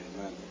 Amen